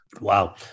Wow